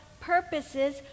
purposes